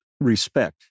respect